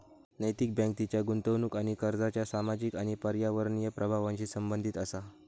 नैतिक बँक तिच्या गुंतवणूक आणि कर्जाच्या सामाजिक आणि पर्यावरणीय प्रभावांशी संबंधित असा